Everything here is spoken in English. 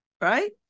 Right